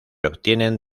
obtienen